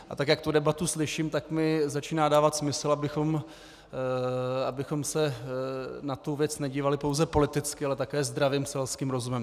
A tak jak tu debatu slyším, tak mi začíná dávat smysl, abychom se na tu věc nedívali pouze politicky, ale také zdravým selským rozumem.